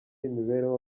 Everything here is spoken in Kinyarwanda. imibereho